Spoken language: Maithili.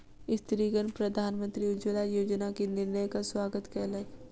स्त्रीगण प्रधानमंत्री उज्ज्वला योजना के निर्णयक स्वागत कयलक